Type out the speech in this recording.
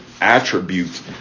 attribute